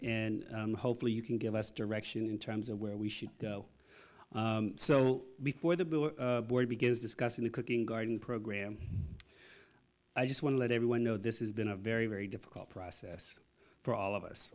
and hopefully you can give us direction in terms of where we should go so before the board begins discussing the cooking garden program i just want to let everyone know this is been a very very difficult process for all of us